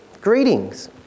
greetings